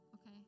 okay